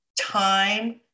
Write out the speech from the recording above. time